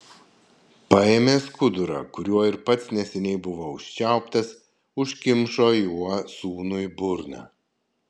paėmė skudurą kuriuo ir pats neseniai buvo užčiauptas užkimšo juo sūnui burną